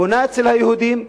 בונה אצל היהודים,